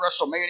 WrestleMania